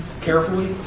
carefully